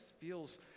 feels